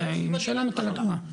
אז היא משלמת על הדירה.